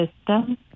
system